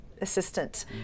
Assistant